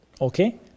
okay